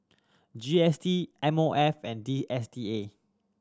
G S T M O F and D S T A